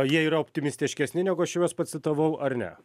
jie yra optimistiškesni negu aš juos pacitavau ar ne